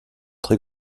très